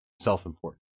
self-important